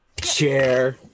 chair